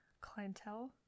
clientele